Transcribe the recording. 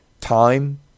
time